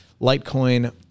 Litecoin